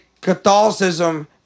Catholicism